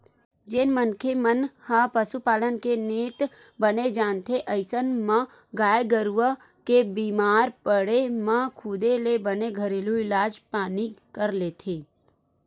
जेन मनखे मन ह पसुपालन के नेत बने जानथे अइसन म गाय गरुवा के बीमार पड़े म खुदे ले बने घरेलू इलाज पानी कर लेथे